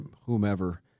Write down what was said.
whomever